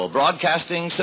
Broadcasting